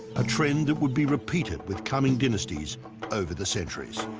a trend that would be repeated with coming dynasties over the centuries